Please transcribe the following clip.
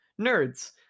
Nerds